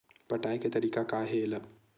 पटाय के तरीका का हे एला?